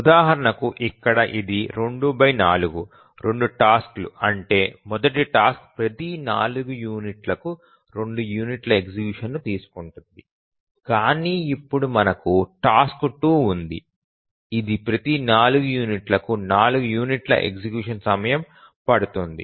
ఉదాహరణకు ఇక్కడ ఇది 24 2 టాస్క్ లు అంటే మొదటి టాస్క్ ప్రతి 4 యూనిట్లకు 2 యూనిట్ల ఎగ్జిక్యూషన్ ను తీసుకుంటుంది కానీ ఇప్పుడు మనకు టాస్క్ 2 ఉంది ఇది ప్రతి 8 యూనిట్లకు 4 యూనిట్ల ఎగ్జిక్యూషన్ సమయం పడుతుంది